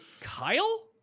Kyle